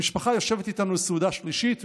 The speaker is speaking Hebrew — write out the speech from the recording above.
המשפחה יושבת איתנו לסעודה שלישית,